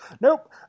Nope